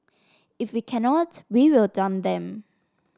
if we cannot we will dump them